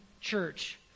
church